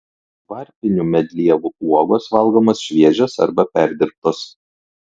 varpinių medlievų uogos valgomos šviežios arba perdirbtos